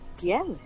Yes